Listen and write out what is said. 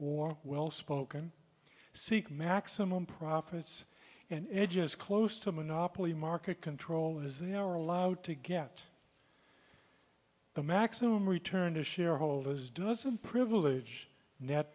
war well spoken seek maximum profits and edges close to monopoly market control as they are allowed to get the maximum return to shareholders doesn't privilege net